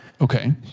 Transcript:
Okay